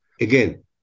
Again